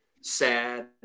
sad